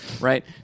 Right